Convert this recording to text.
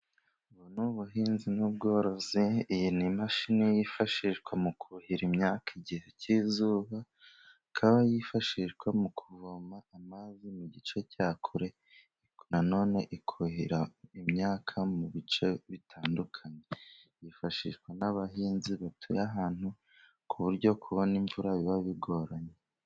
Ubu ni ubuhinzi n'ubworozi, iyi ni imashini yifashishwa mu kuhira imyaka igihe cy'izuba, ikaba yifashishwa mu kuvoma amazi mu gice cya kure, nanone ikuhira imyaka mu bice bitandukanye, yifashishwa n'abahinzi batuye ahantu ku buryo kubona imvura biba bigoranye.